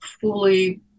fully